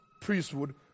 priesthood